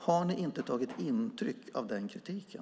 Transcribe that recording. Har ni inte tagit intryck av den kritiken?